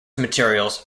materials